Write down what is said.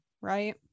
right